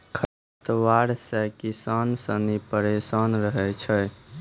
खरपतवार से किसान सनी परेशान रहै छै